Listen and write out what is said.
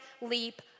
leap